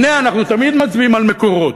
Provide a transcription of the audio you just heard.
הנה, אנחנו תמיד מצביעים על מקורות.